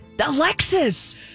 Alexis